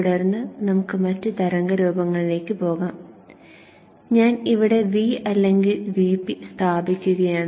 തുടർന്ന് നമുക്ക് മറ്റ് തരംഗരൂപങ്ങളിലേക്ക് പോകാം ഞാൻ ഇവിടെ V അല്ലെങ്കിൽ Vp സ്ഥാപിക്കുകയാണ്